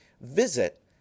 visit